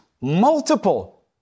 multiple